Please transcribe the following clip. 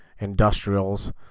industrials